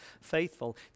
faithful